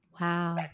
Wow